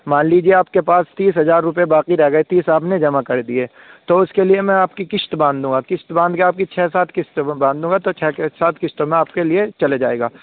مان لیجیے آپ کے پاس تیس ہزار روپیے باقی رہ گئے تیس آپ نے جمع کر دیے تو اس کے لیے میں آپ کی قسط باندھ دوں گا قسط باندھ کے آپ کی چھ سات قسطوں میں باندھ دوں گا تو چھ سات قسطوں میں آپ کے لیے چلا جائے گا